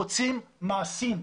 רוצים מעשים.